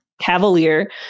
Cavalier